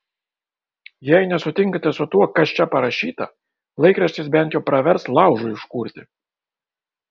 jei nesutinkate su tuo kas čia parašyta laikraštis bent jau pravers laužui užkurti